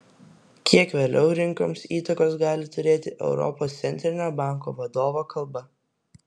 kiek vėliau rinkoms įtakos gali turėti europos centrinio banko vadovo kalba